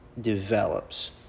develops